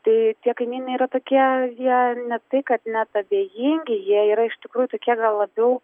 tai tie kaimynai yra tokie jie ne tai kad net abejingi jie yra iš tikrųjų tokie gal labiau